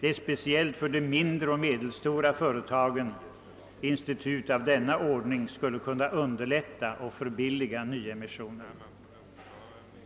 Det är speciellt för de mindre och medelstora företagen som ett institut av denna ordning skulle kunna underlätta och förbilliga nyemissioner.